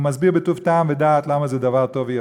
והוא מסביר בטוב טעם ודעת למה זה דבר טוב ויפה.